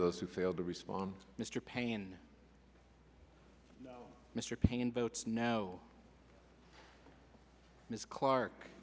those who failed to respond mr payen mr paine votes no miss clark